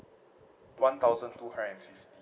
one thousand two hundred and fifty